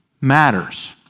matters